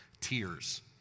Tears